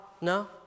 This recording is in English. No